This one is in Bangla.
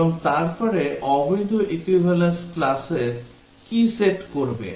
এবং তারপরে অবৈধ equivalence classর কী সেট করবে